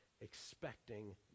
expecting